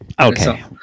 Okay